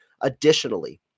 Additionally